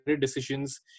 decisions